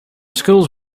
school’s